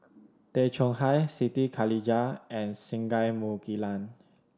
Tay Chong Hai Siti Khalijah and Singai Mukilan